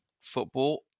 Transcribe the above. football